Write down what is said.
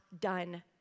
done